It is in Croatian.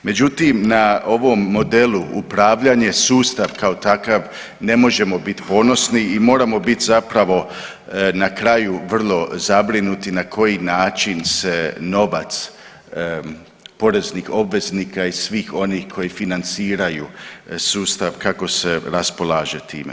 Međutim, na ovom modelu upravljanje sustav kao takav ne možemo bit ponosni i moramo bit zapravo na kraju vrlo zabrinuti na koji način se novac poreznih obveznika i svih onih koji financiraju sustav kako se raspolaže time.